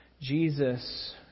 Jesus